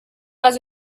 les